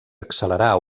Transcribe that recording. accelerar